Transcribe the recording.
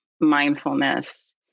mindfulness